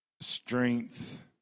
strength